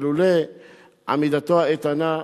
שלולא עמידתו האיתנה,